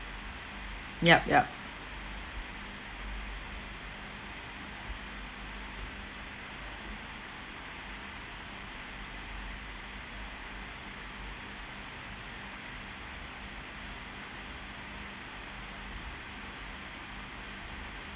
yep yep